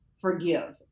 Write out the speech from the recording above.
forgive